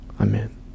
amen